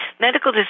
Medical